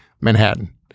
Manhattan